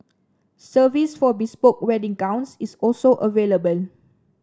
service for bespoke wedding gowns is also available